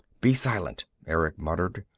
be silent, erick muttered.